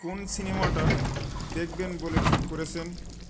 কোন সিনেমাটা দেখবেন বলে ঠিক করেছেন